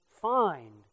find